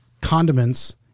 condiments